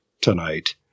tonight